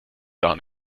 gar